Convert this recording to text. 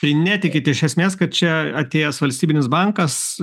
tai netikit iš esmės kad čia atėjęs valstybinis bankas